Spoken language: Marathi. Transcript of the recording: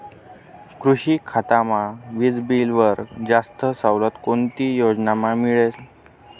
कृषी खातामा वीजबीलवर जास्त सवलत कोणती योजनामा मिळस?